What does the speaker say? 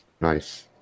nice